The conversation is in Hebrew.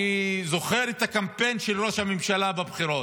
אני זוכר את הקמפיין של ראש הממשלה בבחירות,